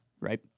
right